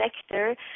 sector